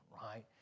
right